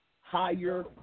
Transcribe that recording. higher